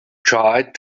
tried